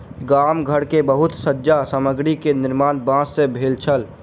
गाम घर मे बहुत सज्जा सामग्री के निर्माण बांस सॅ भेल छल